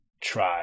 try